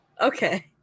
Okay